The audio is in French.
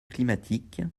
climatique